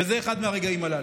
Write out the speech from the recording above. וזה אחד מהרגעים הללו.